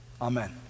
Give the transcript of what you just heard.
Amen